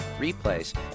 replays